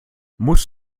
muss